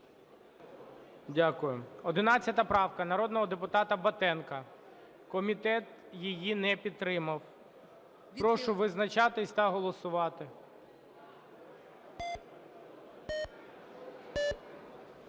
Дякую. 11 правка народного депутата Батенка. Комітет її не підтримав. Прошу визначатись та голосувати.